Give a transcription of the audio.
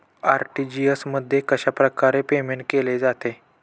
RTGS मध्ये कशाप्रकारे payment केले जाते?